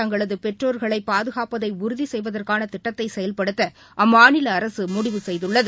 தங்களதுபெற்றோர்களைபாதுகாப்பதைஉறுதிசெய்வதற்கானதிட்டத்தைசெயல்படுத்தஅம்மாநிலஅரசு முடிவு செய்துள்ளது